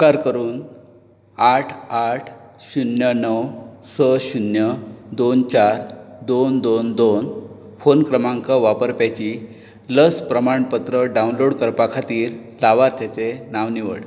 उपकार करून आठ आठ शुन्य णव स शुन्य दोन चार दोन दोन दोन फोन क्रमांक वापरप्याची लस प्रमाणपत्र डावनलोड करपा खातीर लावार्थ्याचें नांव निवड